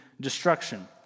destruction